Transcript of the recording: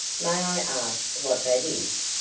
may i ask what that is?